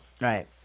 Right